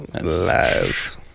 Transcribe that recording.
lies